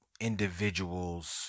individual's